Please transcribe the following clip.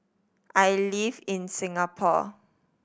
I live in Singapore